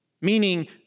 Meaning